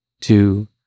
two